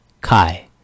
Kai